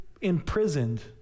imprisoned